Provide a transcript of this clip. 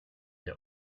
der